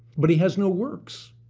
but he has no works?